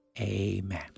amen